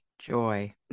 joy